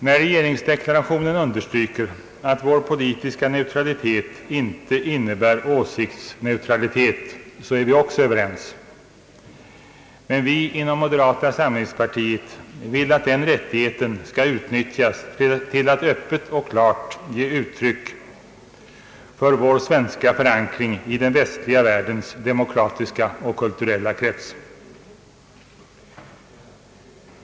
När regeringsdeklarationen understryker att vår politiska neutralitet inte innebär åsiktsneutralitet är vi också överens, men vi inom moderata samlingspartiet vill att den rättigheten skall utnyttjas till att öppet och klart ge uttryck för vår svenska förankring i den västliga världens demokratiska och kulturella krets.